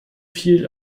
viel